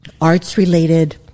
arts-related